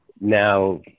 now